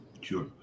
Sure